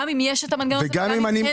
גם אם יש את המנגנון הזה וגם אם אין